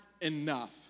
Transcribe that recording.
enough